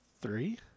three